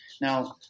Now